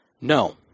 No